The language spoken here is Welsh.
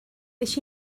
des